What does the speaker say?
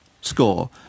score